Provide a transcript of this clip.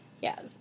Yes